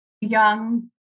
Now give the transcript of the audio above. young